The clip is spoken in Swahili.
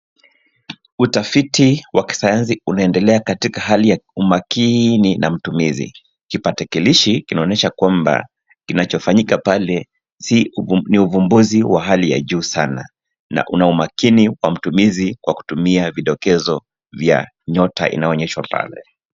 Utafiti wa kisayansi unaendelea katika hali ya umakini na mtumizi. kapakitilishi kinaonyesha kwamba kinachofanyika pale ni uvumbuzi wa hali ya juu sana na una umakini wa mtumizi kwa kutumia vidokezo vya nyota inayoonyeshwa pale.